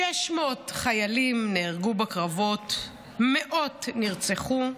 600 חיילים נהרגו בקרבות, מאות נרצחו,